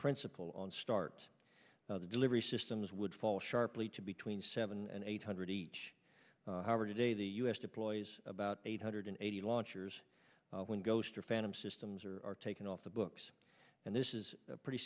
principle on start the delivery systems would fall sharply to between seven and eight hundred each however today the u s deploys about eight hundred eighty launchers when ghoster phantom systems are taken off the books and this is a pretty